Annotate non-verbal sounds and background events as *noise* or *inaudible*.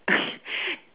*laughs*